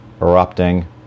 erupting